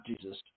Jesus